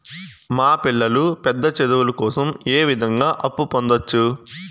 మా పిల్లలు పెద్ద చదువులు కోసం ఏ విధంగా అప్పు పొందొచ్చు?